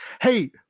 hey